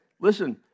listen